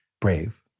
brave